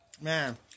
Man